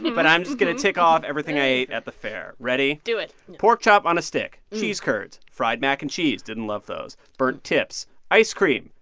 but i'm just going to tick off everything i ate at the fair. ready? do it pork chop on a stick, cheese curds, fried mac and cheese didn't love those burnt tips, ice cream,